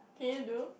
can you do